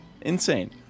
insane